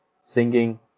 Singing